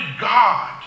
God